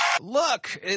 Look